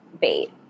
bait